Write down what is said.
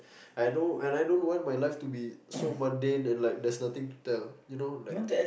I know and I don't want my life to be so mundane and like there's nothing to tell you know like